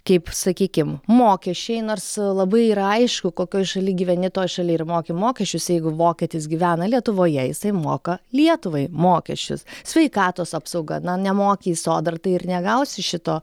kaip sakykim mokesčiai nors labai yra aišku kokioj šaly gyveni toj šaly ir moki mokesčius jeigu vokietis gyvena lietuvoje jisai moka lietuvai mokesčius sveikatos apsauga na nemoki į sodrą tai ir negausi šito